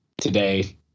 today